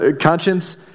conscience